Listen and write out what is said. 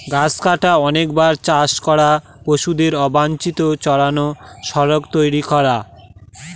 গাছ কাটা, অনেকবার চাষ করা, পশুদের অবাঞ্চিত চড়ানো, সড়ক তৈরী করা